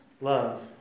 love